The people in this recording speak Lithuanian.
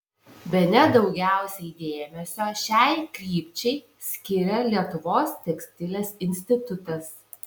bene daugiausiai dėmesio šiai krypčiai skiria lietuvos tekstilės institutas